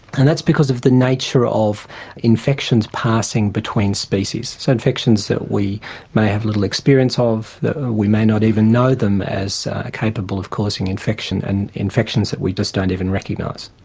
and that's because of the nature of infections passing between species. so, infections that we may have little experience of, that we may not even know them as capable of causing infection, and infections that we just don't even recognise.